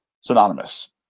synonymous